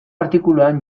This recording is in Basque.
artikuluan